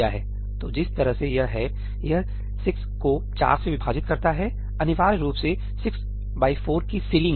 तो जिस तरह से यह है यह 6 को 4 से विभाजित करता है अनिवार्य रूप से 64 की सीलिंग